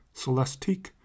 Celestique